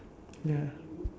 ya